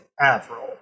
Avril